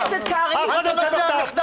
אל תבצע מחטף.